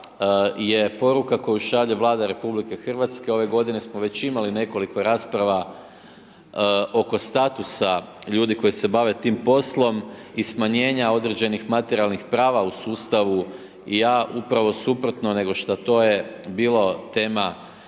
je poruka koju šalje Vlada RH, ove godine smo već imali nekoliko rasprava oko statusa ljudi koji se bave tim poslom i smanjenja određenih materijalnih prava u sustavu materijalnih prava u sustavu. Ja upravo suprotno nego šta to je bila tema